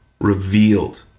revealed